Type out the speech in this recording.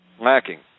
lacking